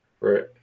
Right